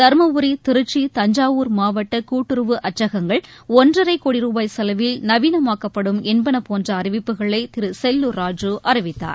தருமபுரி திருச்சி தஞ்சாவூர் மாவட்டகூட்டுறவு அச்சகங்கள் ஒன்றரைகோடி ரூபாய் செலவில் நவீனமாக்கப்படும் என்பனஉள்ளிட்டஅறிவிப்புகளைதிருசெல்லூர் ராஜூ அறிவித்தார்